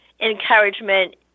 encouragement